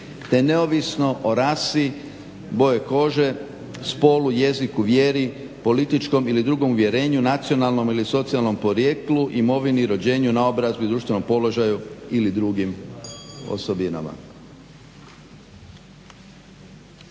te neovisno o rasi, boji kože, spolu, jeziku, vjeri, političkom ili drugom uvjerenju, nacionalnom ili socijalnom porijeklu, imovini, rođenju, naobrazbi, društvenom položaju ili drugim osobinama.